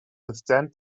withstand